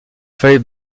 fallait